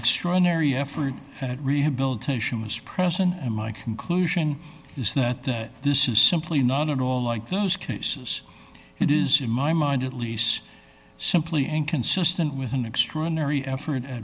extraordinary effort at rehabilitation was present and my conclusion is that that this is simply not at all like those cases it is in my mind at least simply inconsistent with an extraordinary effort